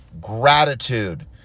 gratitude